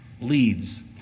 leads